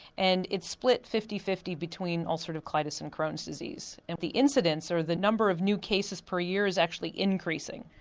and it's split fifty fifty between ulcerative colitis and crohns disease. and the incidents are the number of new cases per year is actually increasing.